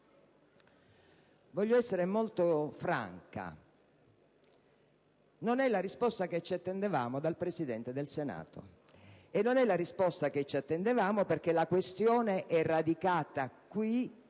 Voglio essere molto franca: non è questa la risposta che ci attendevamo dal Presidente del Senato. Non è la risposta che ci attendevamo perché la questione è radicata qui,